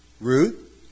Ruth